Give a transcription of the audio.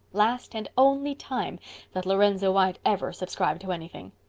last, and only time that lorenzo white ever subscribed to anything.